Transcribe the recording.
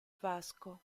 vasco